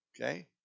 Okay